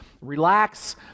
relax